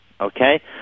okay